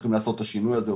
הולכים לעשות את השינוי הזה,